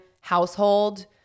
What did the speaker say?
household